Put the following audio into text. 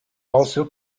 also